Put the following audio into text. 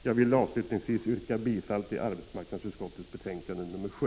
Jag vill avslutningsvis yrka bifall till arbetsmarknadsutskottets hemställan i betänkande 7.